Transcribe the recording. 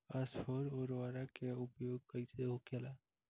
स्फुर उर्वरक के उपयोग कईसे होखेला?